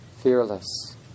fearless